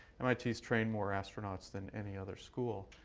mit has trained more astronauts than any other school.